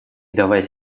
давайте